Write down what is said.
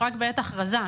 בעד שלום,